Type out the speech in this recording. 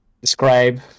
describe